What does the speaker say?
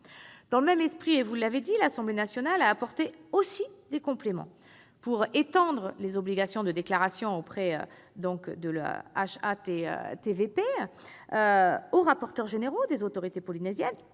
Dans le même esprit, l'Assemblée nationale a elle aussi apporté des compléments, pour étendre les obligations de déclaration auprès de la HATVP aux rapporteurs généraux des autorités polynésiennes